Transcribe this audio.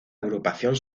agrupación